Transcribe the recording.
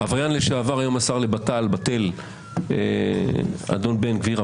עבריין לשעבר, שר בט"ל בטל אדון בן גביר.